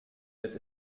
wird